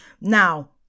now